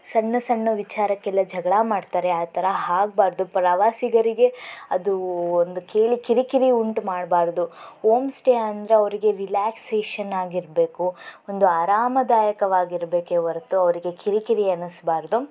ಸಣ್ಣ ಸಣ್ಣ ವಿಚಾರಕ್ಕೆಲ್ಲ ಜಗಳ ಮಾಡ್ತಾರೆ ಆಥರ ಆಗ್ಬಾರ್ದು ಪ್ರವಾಸಿಗರಿಗೆ ಅದು ಒಂದು ಕೇಳಿ ಕಿರಿಕಿರಿ ಉಂಟುಮಾಡ್ಬಾರ್ದು ಓಮ್ ಸ್ಟೇ ಅಂದರೆ ಅವರಿಗೆ ರಿಲ್ಯಾಕ್ಸೇಷನ್ ಆಗಿರ್ಬೇಕು ಒಂದು ಆರಾಮದಾಯಕವಾಗಿರಬೇಕೆ ಹೊರತು ಅವರಿಗೆ ಕಿರಿಕಿರಿ ಅನ್ನಿಸ್ಬಾರ್ದು